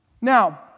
Now